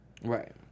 right